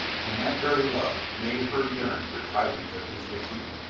and that very love made her yearn for tidings of his defeat,